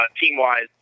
Team-wise